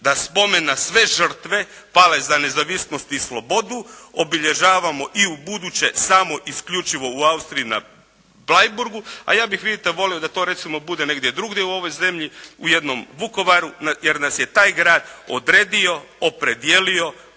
da spomen na sve žrtve pale za nezavisnost i slobodu obilježavamo i ubuduće isključivo u Austriji na Bleiburgu. A ja bih, vidite, volio da to bude negdje drugdje u ovoj zemlji, u jednom Vukovaru, jer nas je taj grad odredio, opredijelio,